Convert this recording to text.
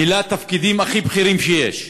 מילא תפקידים הכי בכירים שיש בצבא.